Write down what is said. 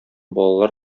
балалар